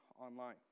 online